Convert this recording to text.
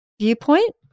viewpoint